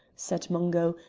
said mungo,